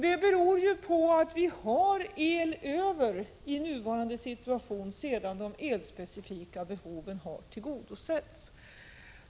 Det beror på att vi i nuvarande situation har el över sedan de elspecifika behoven har tillgodosetts.